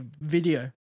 video